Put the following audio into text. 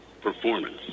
Performance